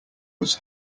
was